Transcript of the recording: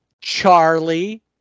Charlie